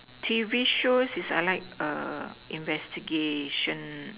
T_V shows is I like err investigation